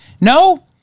No